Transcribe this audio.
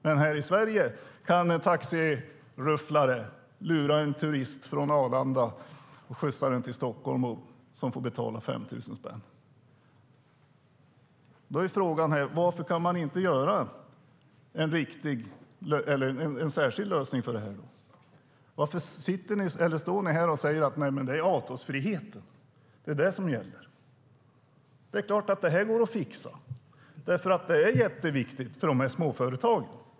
Men här i Sverige kan en taxirufflare lura en turist som ska åka från Arlanda till Stockholm och som får betala 5 000 spänn. Då är frågan: Varför kan man inte göra en särskild lösning för detta? Varför står ni här och säger att det är avtalsfriheten som gäller? Det är klart att det går att fixa det här eftersom det är så viktigt för dessa småföretag.